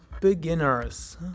beginners